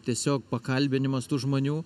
tiesiog pakalbinimas tų žmonių